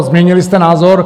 Změnili jste názor?